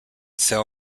cell